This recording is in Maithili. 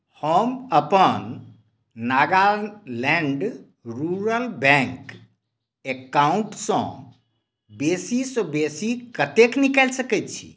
हम अपन नागालैंड रूरल बैंक अकाउंटसँ बेसीसँ बेसी कतेक निकालि सकैत छी